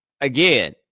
again